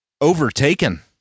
overtaken